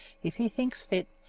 if he think fit,